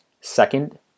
Second